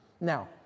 now